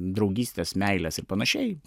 draugystes meiles ir panašiai